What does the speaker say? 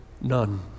None